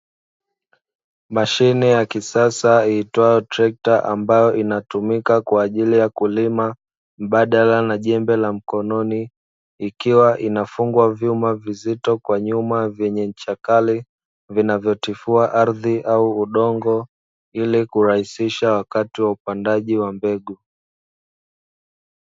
Mashine ya kisasa iitwayo trekta ambayo inatumika kwa ajili ya kulima mbadala na jembe la mkononi, ikiwa inafungwa vyuma vizito kwa nyuma vyenye ncha kali, vinavyotifua ardhi au udongo ili kurahisisha wakati wa upandaji wa mbegu.